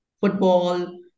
football